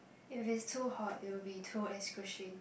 if is too hot you will be too excruciate